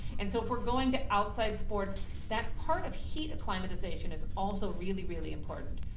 and so if we're going to outside sports that part of heat acclimatization is also really, really important.